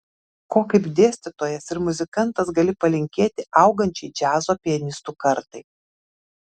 ko kaip dėstytojas ir muzikantas gali palinkėti augančiai džiazo pianistų kartai